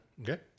Okay